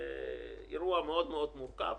זה אירוע מאוד מאוד מורכב,